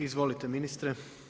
Izvolite ministre.